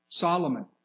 Solomon